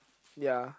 ya